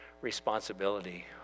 responsibility